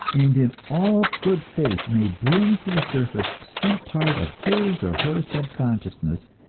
and in all good faith may bring to the surface some part of his or her subconsciousness,